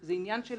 זה עניין של